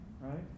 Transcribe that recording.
right